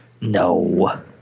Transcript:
no